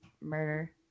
murder